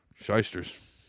shysters